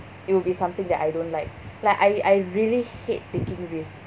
it will be something that I don't like like I I really hate taking risk